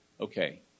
okay